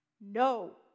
No